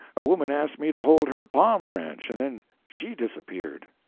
a woman asked me to hold her palm branch, and then she disappeared.